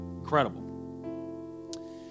Incredible